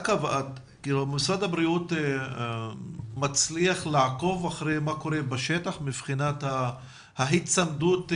משרד הבריאות מצליח לעקוב אחרי מה שקורה בשטח מבחינת ההיצמדות להוראות,